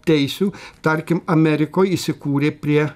teisių tarkim amerikoj įsikūrė prie